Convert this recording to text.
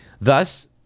Thus